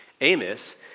Amos